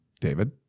David